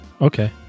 okay